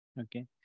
Okay